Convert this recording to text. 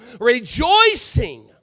Rejoicing